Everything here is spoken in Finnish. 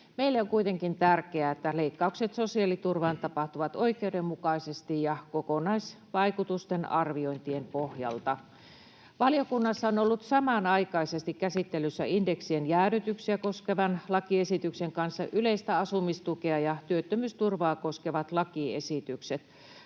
Meille on kuitenkin tärkeää, että leikkaukset sosiaaliturvaan tapahtuvat oikeudenmukaisesti ja kokonaisvaikutusten arviointien pohjalta. Valiokunnassa on ollut samanaikaisesti käsittelyssä indeksien jäädytyksiä koskevan lakiesityksen kanssa yleistä asumistukea ja työttömyysturvaa koskevat lakiesitykset.